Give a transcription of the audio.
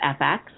FX